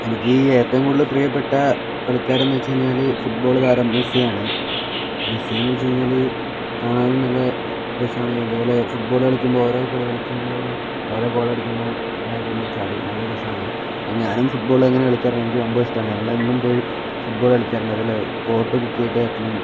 എനിക്ക് ഈ ഏറ്റവും കൂടുതൽ പ്രിയപ്പെട്ട കളിക്കാരെന്നു വച്ചു കഴിഞ്ഞാൽ ഈ ഫുട്ബോള് താരം മെസ്സി ആണ് മെസ്സി എന്നു വച്ചു കഴിഞ്ഞാൽ കാണാനും നല്ല രസമാണ് അതേപോലെ ഫുട്ബോള് കളിക്കുമ്പം ഓരോ കളി കളിമ്പോഴും ഓരോ ഗോൾ അടിക്കുമ്പം ഞാൻ തുള്ളിച്ചാടും നല്ല രസമാണ് അത് ഞാനും ഫുട്ബോൾ അങ്ങനെ കളിക്കാറാണ് എനിക്ക് സംഭവം ഇഷ്ടമാണ് ഞങ്ങളെന്നും പോയി ഫുട്ബോള് കളിക്കാറുണ്ട് അതിൽ കോർട്ട് ബുക്ക് ചെയ്തിട്ടാണേലും